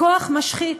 הכוח משחית,